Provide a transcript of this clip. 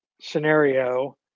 scenario